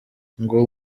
ngo